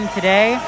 today